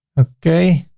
okay.